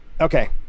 okay